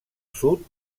sud